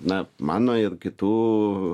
na mano ir kitų